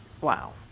Wow